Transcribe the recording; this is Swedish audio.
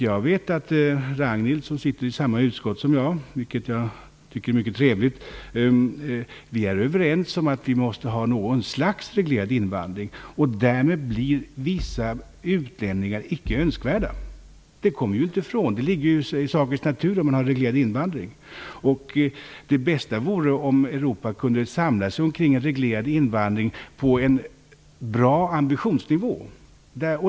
Jag vet att Ragnhild Pohanka - som sitter i samma utskott som jag, vilket jag tycker är mycket trevligt - och jag är överens om att vi måste ha något slags reglerad invandring. Därmed blir vissa utlänningar icke önskvärda. Det kommer vi inte ifrån. Det ligger ju i sakens natur, om man har reglerad invandring. Det bästa vore om Europa kunde samlas kring en reglerad invandring på en bra ambitionsnivå.